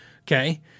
Okay